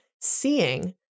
seeing